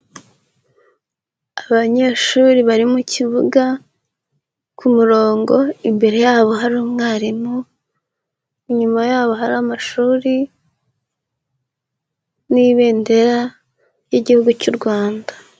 Abanyeshuri bari mu kibuga, ku murongo imbere yabo hari umwarimu, inyuma yabo hari amashuri n'ibendera ry'Igihugu cy'u Rwanda.